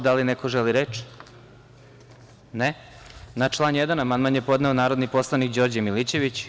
Da li neko želi reč? (Ne) Na član 1. amandman je podneo narodni poslanik Đorđe Milićević.